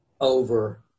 over